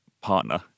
partner